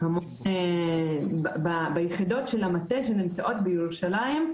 ביחידות המטה שנמצאות בירושלים,